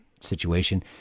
situation